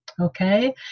Okay